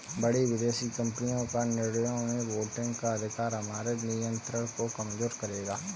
बड़ी विदेशी कंपनी का निर्णयों में वोटिंग का अधिकार हमारे नियंत्रण को कमजोर करेगा